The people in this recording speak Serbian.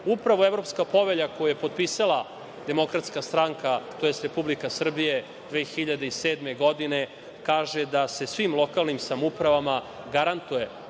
EU.Upravo Evropska povelja, koju je potpisala DS, tj. Republika Srbija 2007. godine kaže da se svim lokalnim samoupravama garantuje